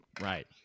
Right